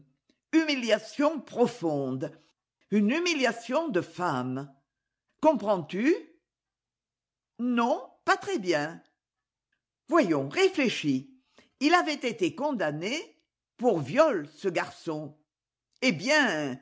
humihation profonde une humihation de femme comprends-tu non pas très bien voyons réfléchis ii avait été condamné pour viol ce garçon eh bien